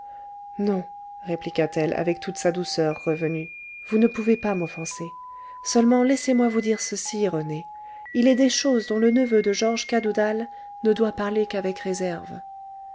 non répliqua-t-elle avec toute sa douceur revenue vous ne pouvez pas m'offenser seulement laissez-moi vous dire ceci rené il est des choses dont le neveu de georges cadoudal ne doit parler qu'avec réserve